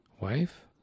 wife